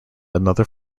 another